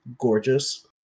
gorgeous